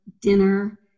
dinner